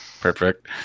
Perfect